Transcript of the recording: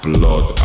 Blood